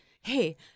hey